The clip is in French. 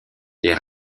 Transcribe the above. les